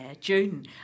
June